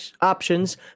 options